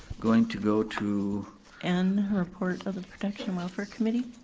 going to go to n, report of protection welfare committee.